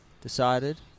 decided